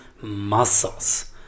muscles